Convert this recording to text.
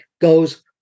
goes